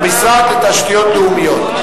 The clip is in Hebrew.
המשרד לתשתיות לאומיות.